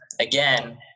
again